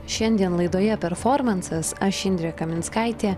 šiandien laidoje performansas aš indrė kaminskaitė